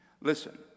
Listen